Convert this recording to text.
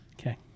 Okay